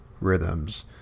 Rhythms